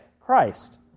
Christ